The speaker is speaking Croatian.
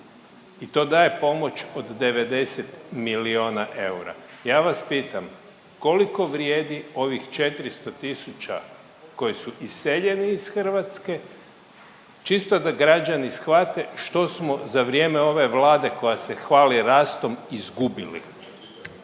i to daje pomoć od 90 milijona eura. Ja vas pitam koliko vrijedi ovih 400 000 koji su iseljeni iz Hrvatske čisto da građani shvate što smo za vrijeme ove Vlade koja se hvali rastom izgubili.